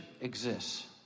exists